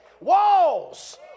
walls